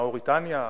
מאוריטניה.